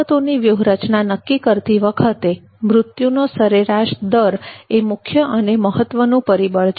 કિંમતોની વ્યૂહરચના નક્કી કરતી વખતે મૃત્યુનો સરેરાશ દર એ મુખ્ય અને મહત્વનું પરિબળ છે